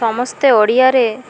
ସମସ୍ତେ ଓଡ଼ିଆରେ